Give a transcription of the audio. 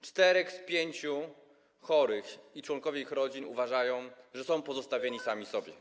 Czterech z pięciu chorych i członkowie ich rodzin uważają, że są pozostawieni samym sobie.